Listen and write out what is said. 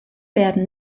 werden